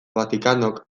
vaticanok